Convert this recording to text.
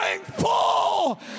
full